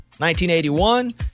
1981